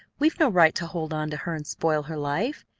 we've no right to hold on to her and spoil her life.